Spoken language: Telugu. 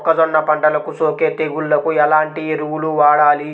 మొక్కజొన్న పంటలకు సోకే తెగుళ్లకు ఎలాంటి ఎరువులు వాడాలి?